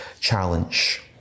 challenge